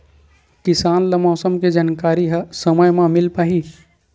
किसान ल मौसम के जानकारी ह समय म मिल पाही?